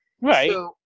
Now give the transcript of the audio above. Right